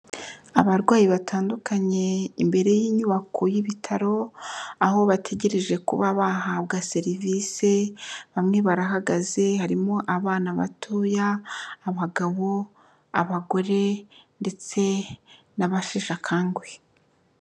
Abarwayi batandukanye imbere y'inyubako y'ibitaro, aho bategereje kuba bahabwa serivise, bamwe barahagaze harimo abana batoya, abagabo, abagore, ndetse n'abasheshe akanguhe.